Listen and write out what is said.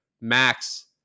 Max